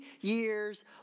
years